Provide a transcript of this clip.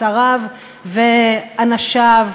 שריו ואנשיו,